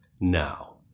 Now